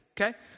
Okay